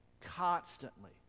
constantly